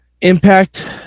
impact